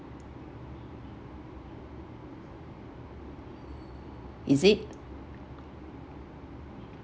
is it